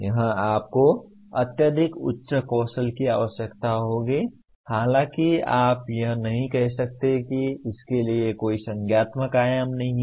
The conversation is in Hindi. यहाँ आपको अत्यधिक उच्च कौशल की आवश्यकता होती है हालांकि आप कह सकते हैं आप यह नहीं कह सकते हैं कि इसके लिए कोई संज्ञानात्मक आयाम नहीं है